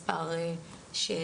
כולל מספרים.